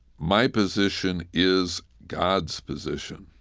my position is god's position,